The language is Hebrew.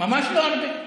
ממש לא הרבה.